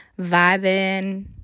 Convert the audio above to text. vibing